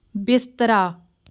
ਬਿਸਤਰਾ